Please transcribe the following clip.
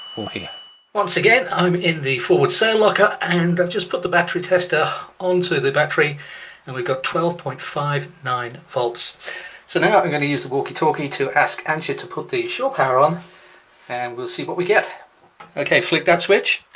or here once again i'm in the forward sail locker and i've just put the battery tester onto the battery and we've got twelve point five nine volts so now we're going to use the walkie-talkie to ask aannsha to put the shore power on and we'll see what we get okay flip that switch